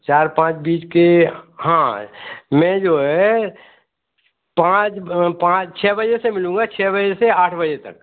चार पाँच बीच के हाँ मैं जो है पाँच पाँच छः बजे से मिलूँगा छः बजे से आठ बजे तक